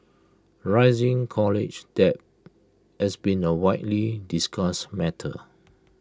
rising college debt has been A widely discussed matter